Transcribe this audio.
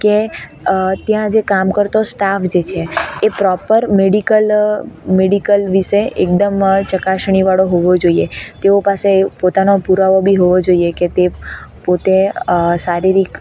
કે ત્યાં જે કામ કરતો સ્ટાફ જે છે એ પ્રોપર મેડિકલ મેડિકલ વિષે એકદમ ચકાસણીવાળો હોવો જોઈએ તેઓ પાસે પોતાનો પુરાવો બી હોવો જોઈએ કે તે પોતે શારીરિક